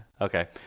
Okay